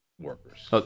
workers